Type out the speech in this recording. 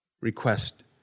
Request